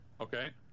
okay